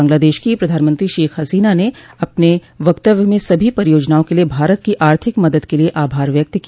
बांग्लादेश की प्रधानमंत्री शेख हसीना ने अपने वक्तव्य में सभी परियोजनाओं के लिए भारत की आर्थिक मदद के लिए आभार व्यक्त किया